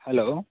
hello